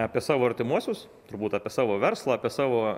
apie savo artimuosius turbūt apie savo verslą apie savo